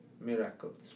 miracles